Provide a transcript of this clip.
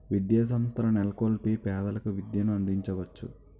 విద్యాసంస్థల నెలకొల్పి పేదలకు విద్యను అందించవచ్చు